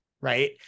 right